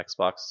Xbox